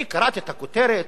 אני קראתי את הכותרת: